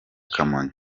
kamonyi